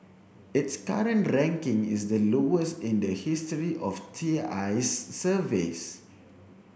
its current ranking is the lowest in the history of T I's surveys